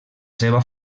seva